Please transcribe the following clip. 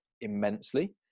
immensely